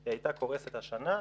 היא הייתה קורסת השנה.